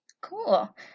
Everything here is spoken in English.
Cool